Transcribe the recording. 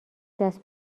دست